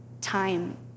time